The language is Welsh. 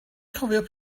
cofio